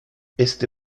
este